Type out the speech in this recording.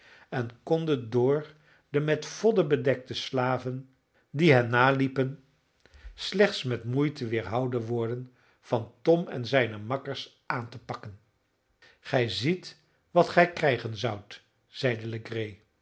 en konden door de met vodden bedekte slaven die hen naliepen slechts met moeite weerhouden worden van tom en zijne makkers aan te pakken gij ziet wat gij krijgen zoudt